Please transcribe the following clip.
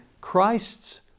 Christ's